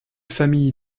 famille